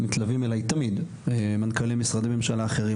מתלווים אליי תמיד מנכ"לי משרדי ממשלה אחרים.